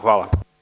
Hvala.